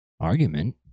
argument